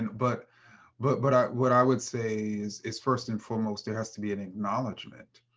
but but but ah what i would say is is first and foremost, it has to be an acknowledgment